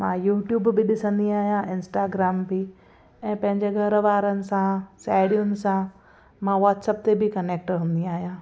मां यूट्यूब बि ॾिसंदी आहियां इंस्टाग्राम बि ऐं पंहिंजे घर वारनि सां साहेड़ियुनि सां मां वॉट्सप ते बि कनेक्ट रहंदी आहियां